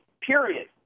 Period